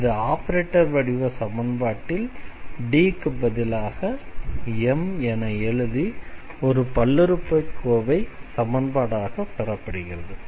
இது ஆபரேட்டர் வடிவ சமன்பாட்டில் D க்கு பதிலாக m என எழுதி ஒரு பல்லுறுப்புக்கோவை சமன்பாடாக பெறப்படுகிறது